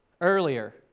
earlier